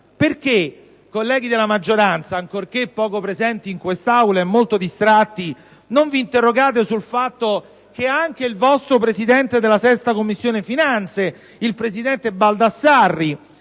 Perché, colleghi della maggioranza - ancorché poco presenti in quest'Aula e molto distratti - non vi interrogate sul fatto che anche il vostro presidente della Commissione finanze, il senatore Baldassarri,